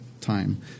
time